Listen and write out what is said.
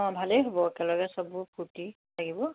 অঁ ভালেই হ'ব একেলগে সববোৰ ফূৰ্তি লাগিব